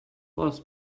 was